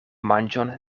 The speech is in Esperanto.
manĝon